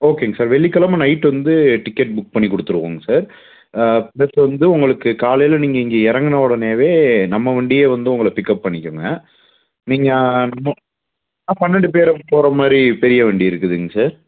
ஓகேங்க சார் வெள்ளிக்கிழம நைட் வந்து டிக்கெட் புக் பண்ணி கொடுத்துருவோங்க சார் ப்ளஸ் வந்து உங்களுக்கு காலையில் நீங்கள் இங்கே இறங்குன உடனேவே நம்ம வண்டியே வந்து உங்கள பிக்கப் பண்ணிக்குங்க நீங்கள் இன்னும் ஆ பன்னெண்டு பேர் போகறமாரி பெரிய வண்டி இருக்குதுங்க சார்